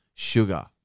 Sugar